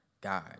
God